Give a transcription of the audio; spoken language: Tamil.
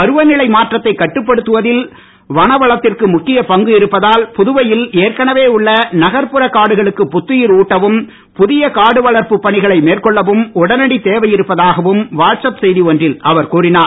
பருவநிலை மாற்றத்தை கட்டுப்படுத்துவதில் வனவளத்திற்கு முக்கிய பங்கு இருப்பதால் புதுவையில் ஏற்கனவே உள்ள நகர்புற காடுகளுக்கு புத்துயிர் ஊட்டவும் புதிய காடு வளர்ப்பு பணிகளை மேற்கொள்ளவும் உடனடி தேவையிருப்பதாக வாட்ஸ்அப் செய்தி ஒன்றில் அவர் கூறினார்